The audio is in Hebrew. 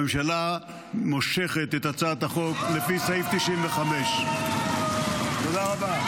הממשלה מושכת את הצעת החוק לפי סעיף 95. תודה רבה.